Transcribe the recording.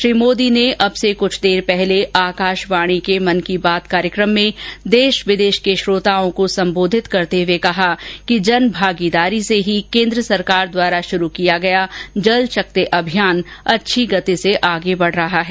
श्री मोदी ने अब से कुछ देर पहले आकाशवाणी के मन की बात कार्यक्रम में देश विदेश के श्रोताओं को संबोधित करते हुए कहा कि जनभागीदारी से ही केन्द्र सरकार द्वारा शुरू किया गया जलशक्ति अभियान अच्छी गति से आगे बढ रहा है